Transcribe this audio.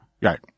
Right